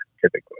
typically